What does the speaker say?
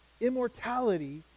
Immortality